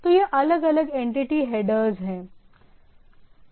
तो ये अलग अलग एंटिटी हेडर्स हैं